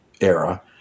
era